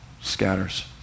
scatters